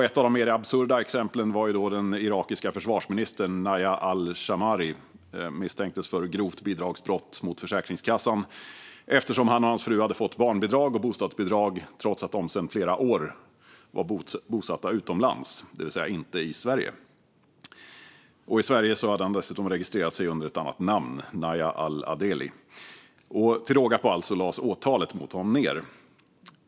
Ett av de mer absurda exemplen var när den irakiske försvarsministern Najah al-Shammari misstänktes för grovt bidragsbrott mot Försäkringskassan eftersom han och hans fru hade fått barnbidrag och bostadsbidrag trots att de sedan flera år var bosatta utomlands, det vill säga inte i Sverige. I Sverige hade han dessutom registrerat sig under ett annat namn, Najah al-Adeli. Till råga på allt lades åtalet mot honom ned.